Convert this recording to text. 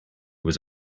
was